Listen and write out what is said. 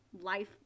life